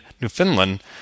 Newfoundland